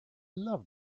love